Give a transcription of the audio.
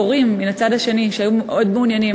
מן הצד השני יש גם הורים שהיו מאוד מעוניינים